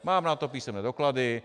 Mám na to písemné doklady.